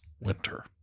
winter